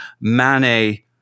Mane